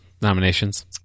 nominations